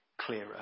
clearer